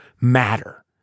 matter